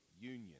union